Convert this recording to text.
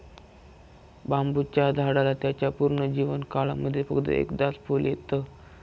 बांबुच्या झाडाला त्याच्या पूर्ण जीवन काळामध्ये फक्त एकदाच फुल येत